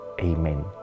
amen